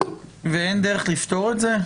אין דרך לפתור את זה?